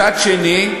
מצד שני,